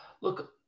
Look –